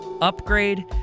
upgrade